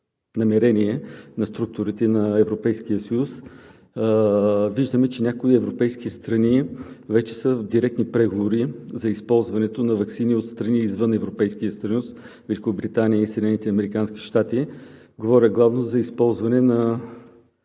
намерения на структурите на Европейския съюз виждаме, че някои европейски страни вече са в директни преговори за използването на ваксини от страни, извън Европейския съюз, Великобритания и Съединените американски щати. Говоря главно за използване на